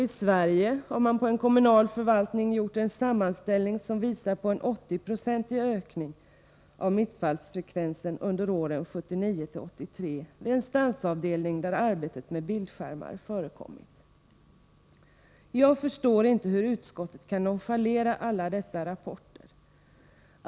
I Sverige har man på en kommunal förvaltning gjort en sammanställning som visar på en 80-procentig ökning av missfallsfrekvensen under åren 1979-1983 vid en stansavdelning där arbete med bildskärmar förekommit. Jag förstår inte hur utskottet kan nonchalera alla dessa rapporter.